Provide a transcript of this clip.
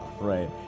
Right